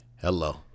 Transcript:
Hello